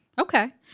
Okay